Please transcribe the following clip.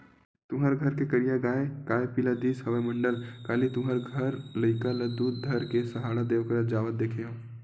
तुँहर घर के करिया गाँय काय पिला दिस हवय मंडल, काली तुँहर घर लइका ल दूद धर के सहाड़ा देव करा जावत देखे हँव?